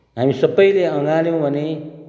हामी सबैले अँगाल्यौँ भने